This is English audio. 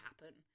happen